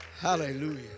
Hallelujah